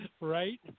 Right